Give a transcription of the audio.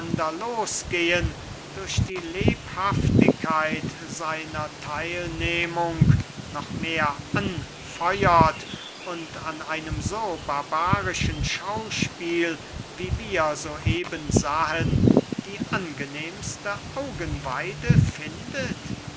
einander losgehen durch die lebhaftigkeit seiner theilnehmung noch mehr anfeuert und an einem so barbarischen schauspiel wie wir so eben sahen die angenehmste augenweide findet